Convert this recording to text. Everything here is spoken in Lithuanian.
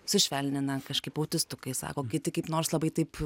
sušvelnina kažkaip autistukai sako kiti kaip nors labai taip